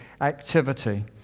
activity